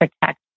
protect